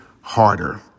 Harder